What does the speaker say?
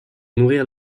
nourrir